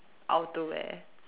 outerwear